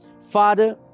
Father